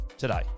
Today